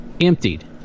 emptied